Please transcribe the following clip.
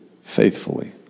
faithfully